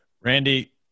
Randy